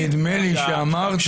נדמה לי שאמרת.